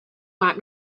want